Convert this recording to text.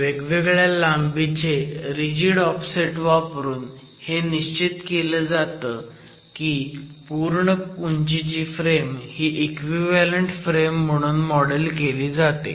म्हणून वेगवेगळ्या लांबीचे रिजिड ऑफसेट वापरून हे निश्चित केलं जातं की पूर्ण उंचीची फ्रेम ही इक्विव्हॅलंट फ्रेम म्हणून मॉडेल केली जाते